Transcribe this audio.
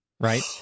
Right